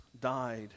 died